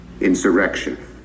insurrection